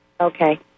Okay